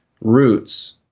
roots